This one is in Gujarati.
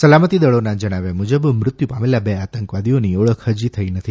સલામતી દળોના જણાવ્યા મુજબ મૃત્યુ પામેલા બે આતંકવાદીઓની ઓળખ હજી થઈ નથી